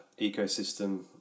ecosystem